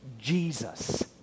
Jesus